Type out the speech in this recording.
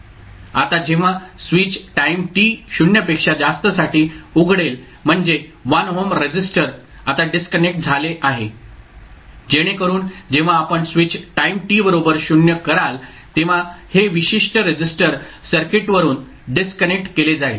आता जेव्हा switch time t 0 पेक्षा जास्तसाठी उघडेल म्हणजे 1 ओहम रेझिस्टर आता डिस्कनेक्ट झाले आहे जेणेकरून जेव्हा आपण स्विच टाईम t बरोबर 0 कराल तेव्हा हे विशिष्ट रजिस्टर सर्किटवरून डिस्कनेक्ट केले जाईल